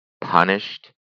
punished